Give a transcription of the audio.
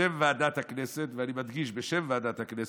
בשם ועדת הכנסת, ואני מדגיש: בשם ועדת הכנסת,